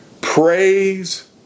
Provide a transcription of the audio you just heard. Praise